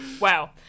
Wow